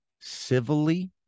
civilly